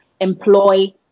employ